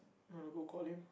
wanna go call him